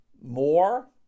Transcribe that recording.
more